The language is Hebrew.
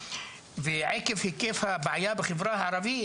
ועקב היקף הבעיה בחברה הערבית,